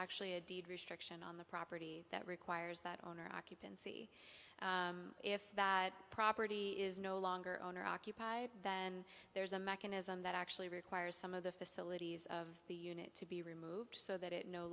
actually a deed restriction on the property that requires that owner occupancy if that property is no longer owner occupied than there's a mechanism that actually requires some of the facilities of the unit to be removed so that it no